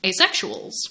asexuals